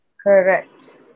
Correct